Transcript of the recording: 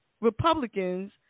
Republicans